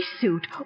suit